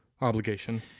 obligation